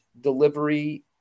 delivery